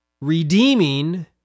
redeeming